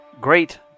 great